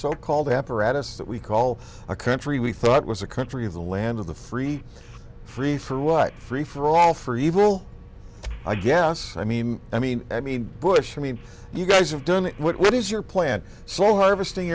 so called apparatus that we call a country we thought was a country of the land of the free free for what free for all for evil i guess i mean i mean i mean bush i mean you guys have done what is your plan so harvesting